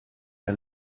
der